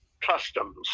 customs